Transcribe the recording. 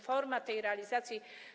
Forma tej realizacji.